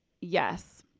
yes